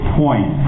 point